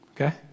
Okay